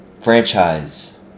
franchise